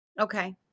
Okay